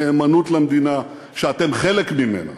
נאמנות למדינה שאתם חלק ממנה?